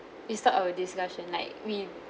we stop our discussion like we